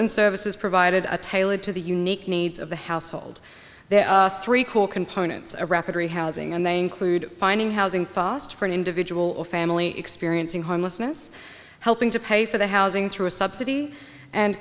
and services provided tailored to the unique needs of the household there are three core components are rapidly housing and they include finding housing fast for an individual or family experiencing homelessness helping to pay for their housing through a subsidy and